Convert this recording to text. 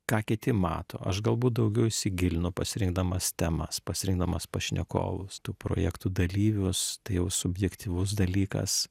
ką kiti mato aš galbūt daugiau įsigilinu pasirinkdamas temas pasirinkdamas pašnekovus tų projektų dalyvius tai jau subjektyvus dalykas